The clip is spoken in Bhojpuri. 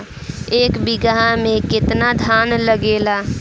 एक बिगहा में केतना खाद लागेला?